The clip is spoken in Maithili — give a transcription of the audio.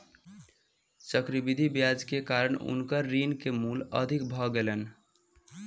चक्रवृद्धि ब्याज के कारण हुनकर ऋण के मूल अधिक भ गेलैन